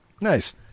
Nice